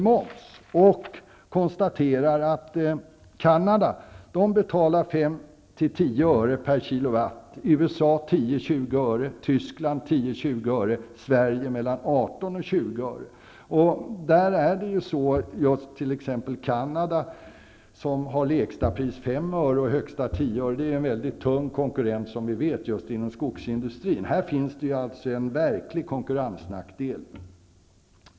moms. Jag konstaterar att man i Canada betalar 5--10 öre per kilowatt, i USA 10--20 öre, i Tyskland 10--20 öre och i Sverige 18--20 öre. Just Canada, som har lägsta pris 5 öre och högsta pris 10 öre, är som vi vet en mycket tung konkurrent inom skogsindustrin. Detta är alltså en verklig konkurrensnackdel.